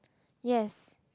yes